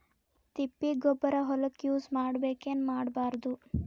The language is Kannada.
ತಿಪ್ಪಿಗೊಬ್ಬರ ಹೊಲಕ ಯೂಸ್ ಮಾಡಬೇಕೆನ್ ಮಾಡಬಾರದು?